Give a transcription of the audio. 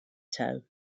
toe